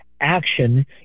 action